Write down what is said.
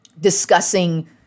discussing